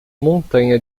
montanha